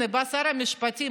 הינה בא שר המשפטים,